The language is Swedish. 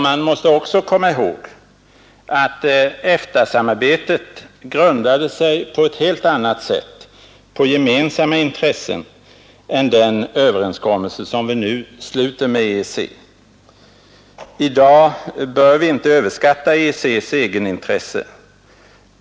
Man måste också komma ihåg att EFTA-samarbetet grundade sig på gemensamma intressen på ett helt annat sätt än den överenskommelse som vi nu sluter med EEC. I dag bör vi inte överskatta EEC':s egenintresse.